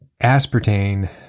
aspartame